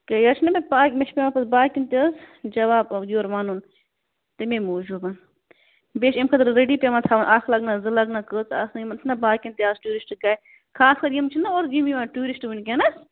کیٛاز یتھ چھُنا مےٚ پرارُن مےٚ چھُ پٮ۪وان پَتہٕ باقیَِن تہِ حظ جواب یورٕ ونُن تٔمی موٗجوٗب بیٚیہِ چھُ اَمہِ خٲطرٕ ریڈی پٮ۪وان تھاوُن اَکھ لگہٕ نا زٕ لگہٕ نا کٔژ آسان یِمن چھِنا باقٮ۪ن تہِ اَز ٹیٛوٗرسِٹ گایِڈ خاص کَر یِم چھِنہٕ اور حظ یِوان ٹیٛورِسٹہٕ وُنکٮ۪نس